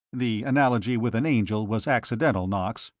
the analogy with an angel was accidental, knox!